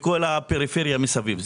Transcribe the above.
בכל הפריפריה מסביב.